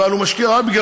אבל הוא משקיע רק בגלל